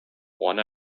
one